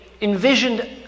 envisioned